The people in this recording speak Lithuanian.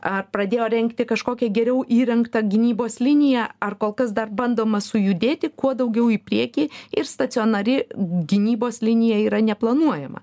ar pradėjo rengti kažkokią geriau įrengtą gynybos liniją ar kol kas dar bandoma sujudėti kuo daugiau į priekį ir stacionari gynybos linija yra neplanuojama